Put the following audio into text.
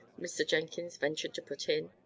mr. jenkins ventured to put in.